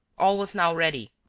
all was now ready.